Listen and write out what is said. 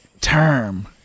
term